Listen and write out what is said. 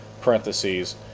parentheses